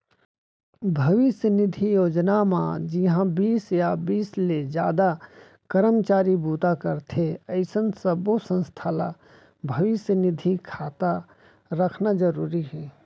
भविस्य निधि योजना म जिंहा बीस या बीस ले जादा करमचारी बूता करथे अइसन सब्बो संस्था ल भविस्य निधि खाता रखना जरूरी हे